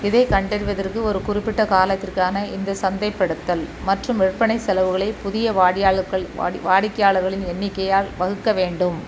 இதை கண்டறிவதற்கு ஒரு குறிப்பிட்ட காலத்திற்கான இந்த சந்தைப்படுத்துதல் மற்றும் விற்பனை செலவுகளை புதிய வாடியாளர்கள் வாடி வாடிக்கையாளர்களின் எண்ணிக்கையால் வகுக்க வேண்டும்